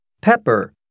Pepper